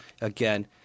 again